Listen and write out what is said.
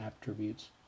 attributes